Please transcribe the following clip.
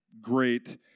great